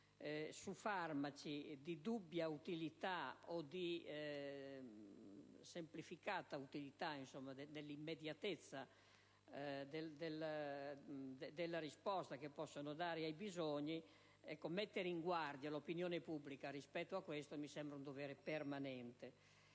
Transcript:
su farmaci di dubbia o di semplificata utilità nell'immediatezza della risposta che possono dare ai bisogni. Mettere in guardia l'opinione pubblica rispetto a questo, mi sembra un dovere permanente.